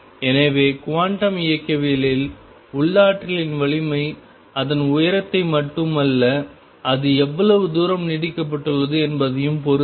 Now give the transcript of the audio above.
எனவே குவாண்டம் இயக்கவியலில் உள்ளாற்றலின் வலிமை அதன் உயரத்தை மட்டுமல்ல அது எவ்வளவு தூரம் நீட்டிக்கப்பட்டுள்ளது என்பதையும் பொறுத்தது